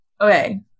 Okay